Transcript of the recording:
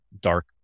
dark